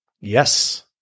Yes